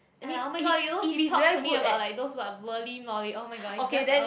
!aiya! oh-my-god you know he talks to me about like those what oh-my-god he's just ugh